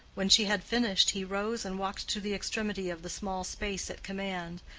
when she had finished he rose and walked to the extremity of the small space at command,